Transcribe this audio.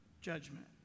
judgment